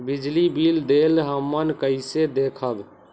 बिजली बिल देल हमन कईसे देखब?